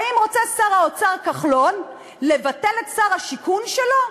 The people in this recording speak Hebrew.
האם רוצה שר האוצר כחלון לבטל את שר הבינוי והשיכון שלו?